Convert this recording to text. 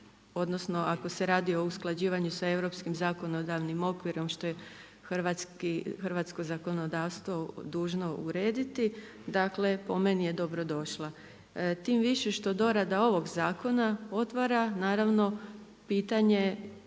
odnosno ako se radi o usklađivanju sa europskim zakonodavnim okvirom što je hrvatsko zakonodavstvo dužno urediti, dakle po meni je dobrodošla. Tim više što dorada ovog zakona otvara naravno pitanje i